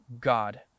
God